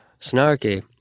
Snarky